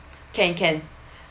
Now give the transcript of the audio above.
can can